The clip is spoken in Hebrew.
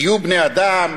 תהיו בני-אדם,